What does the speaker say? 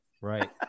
Right